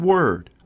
Word